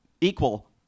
equal